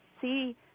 see